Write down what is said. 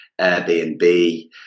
Airbnb